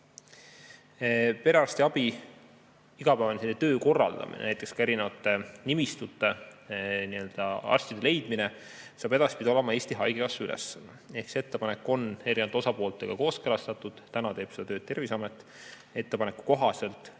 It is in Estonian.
Perearstiabi igapäevase töö korraldamine, näiteks ka erinevate nimistute, arstide leidmine, hakkab edaspidi olema Eesti Haigekassa ülesanne. See ettepanek on osapooltega kooskõlastatud. Praegu teeb seda tööd Terviseamet. Ettepaneku kohaselt,